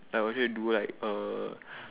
I will say do like uh